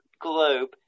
globe